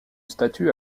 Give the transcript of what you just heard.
statut